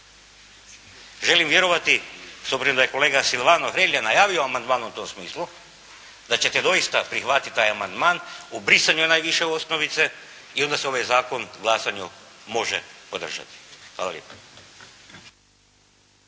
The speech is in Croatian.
Želim vjerovati, s obzirom da je kolega Silvano Hrelja najavi amandman o tom smislu, da ćete doista prihvatiti taj amandman u brisanju najviše osnovice ili da se ovaj zakon glasanju može održati. Hvala lijepa.